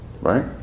Right